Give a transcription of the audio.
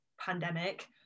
pandemic